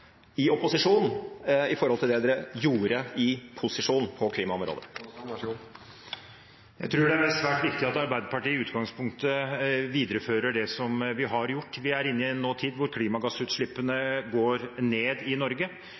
i opposisjon i forhold til det dere gjorde i posisjon på klimaområdet? Jeg tror det er svært viktig at Arbeiderpartiet i utgangspunktet viderefører det vi har gjort. Vi er inne i en nåtid hvor klimagassutslippene går ned i Norge.